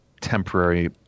temporary